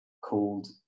called